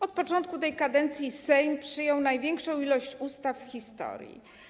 Od początku tej kadencji Sejm przyjął największą ilość ustaw w historii.